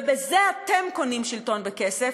ובזה אתם קונים שלטון בכסף,